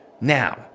Now